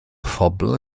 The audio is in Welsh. phobl